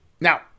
now